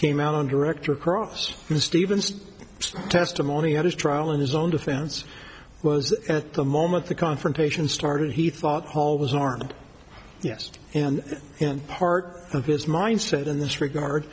came out on director across the stevenson testimony at his trial in his own defense was at the moment the confrontation started he thought all was armed yes and and part of his mindset in this regard